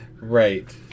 Right